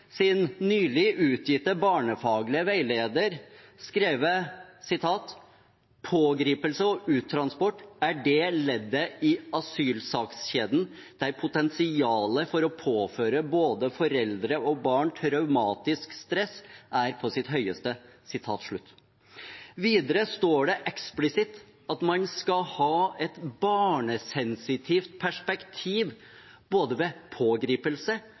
sin nylig utgitte barnefaglige veileder selv skrevet: «Pågripelse og uttransport er det leddet i asylsakskjeden der potensialet for å påføre både foreldre og barn traumatisk stress er på sitt høyeste.» Videre står det eksplisitt at man skal ha et «barnesensitivt perspektiv» både ved pågripelse